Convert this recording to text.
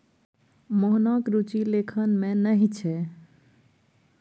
मोहनक रुचि लेखन मे नहि छै